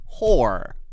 whore